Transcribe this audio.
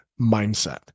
mindset